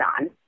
on